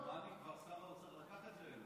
כמדומני שר האוצר כבר לקח את זה אליו.